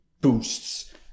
boosts